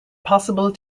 possible